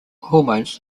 hormones